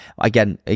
again